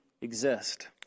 exist